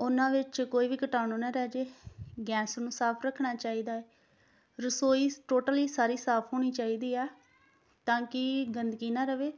ਉਹਨਾਂ ਵਿੱਚ ਕੋਈ ਵੀ ਕੀਟਾਣੂ ਨਾ ਰਹਿ ਜਾਵੇ ਗੈਸ ਨੂੰ ਸਾਫ਼ ਰੱਖਣਾ ਚਾਹੀਦਾ ਹੈ ਰਸੋਈ ਟੋਟਲੀ ਸਾਰੀ ਸਾਫ਼ ਹੋਣੀ ਚਾਹੀਦੀ ਆ ਤਾਂ ਕਿ ਗੰਦਗੀ ਨਾ ਰਹੇ